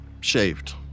shaved